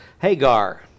Hagar